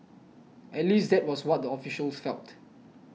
at least that was what the officials felt